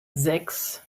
sechs